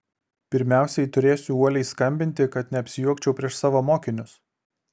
pirmiausiai turėsiu uoliai skambinti kad neapsijuokčiau prieš savo mokinius